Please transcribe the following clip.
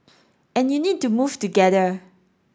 and you need to move together